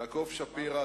יעקב שפירא,